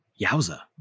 yowza